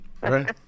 Right